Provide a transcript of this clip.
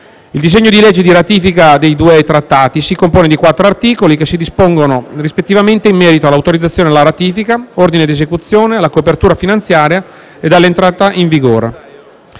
Il disegno di legge di ratifica dei due Trattati si compone di 4 articoli che dispongono, rispettivamente, in merito all'autorizzazione alla ratifica, all'ordine di esecuzione, alla copertura finanziaria e all'entrata in vigore.